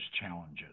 challenges